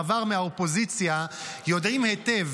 וגם שרים לשעבר מהאופוזיציה יודעים היטב